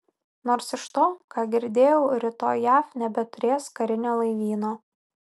nors iš to ką girdėjau rytoj jav nebeturės karinio laivyno